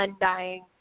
undying